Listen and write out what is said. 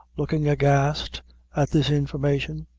looking aghast at this information.